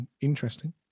interesting